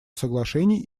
соглашений